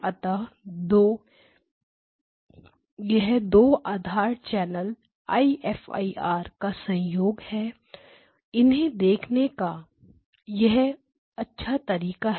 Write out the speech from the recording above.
अतः दो यह दो आधार channels I F I R IFIR का सहयोग है इन्हें देखने का यह अच्छा तरीका है